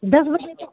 दस बजे तो